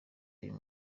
uyu